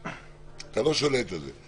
אתה לא שולט על זה.